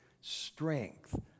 strength